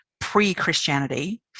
pre-christianity